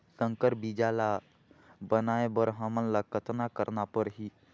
संकर बीजा ल बनाय बर हमन ल कतना करना परही?